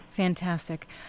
Fantastic